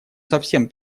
совсем